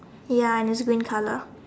ya and it's green colour